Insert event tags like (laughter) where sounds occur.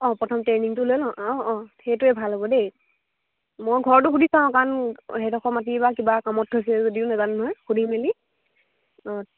অঁ প্ৰথম ট্ৰেইনিংটো লৈ ন (unintelligible) অঁ সেইটোৱে ভাল হ'ব দেই মই ঘৰতো সুধি চাওঁ কাৰণ সেইডােখৰ মাটি বা কিবা কামত থৈছে যদিও নেজানো নহয় সুধি মেলি অঁ